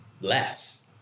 less